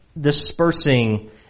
dispersing